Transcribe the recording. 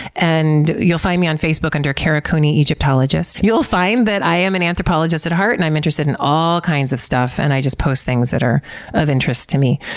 and, you'll find me on facebook under kara cooney egyptologist. you'll find that i am an anthropologist at heart, and i'm interested in all kinds of stuff, and i just post things that are of interest to me.